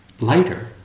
lighter